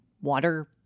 water